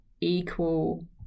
equal